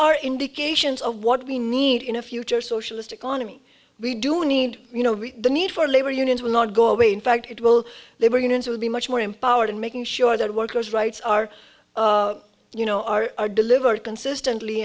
are indications of what we need in a future socialist economy we do need you know the need for labor unions will not go away in fact it will they were going to be much more empowered in making sure that workers rights are you know are delivered consistently